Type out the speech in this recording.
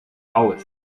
aus